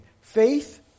faith